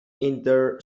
inter